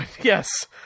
Yes